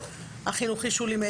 משרד החינוך, הרשיון יישלל.